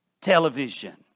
television